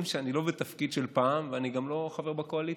שאני לא בתפקיד של פעם ואני גם לא חבר בקואליציה.